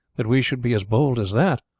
that we should be as bold as that,